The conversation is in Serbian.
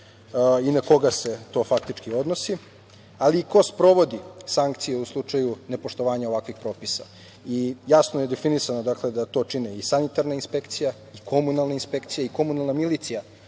i na koga se to faktički odnosi, ali i ko sprovodi sankcije u slučaju nepoštovanja ovakvih propisa. Jasno je definisano, dakle, da to čine i sanitarna inspekcija i komunalna inspekcija i komunalna milicija